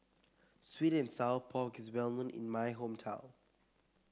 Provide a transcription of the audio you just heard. sweet and Sour Pork is well known in my hometown